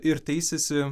ir teisiasi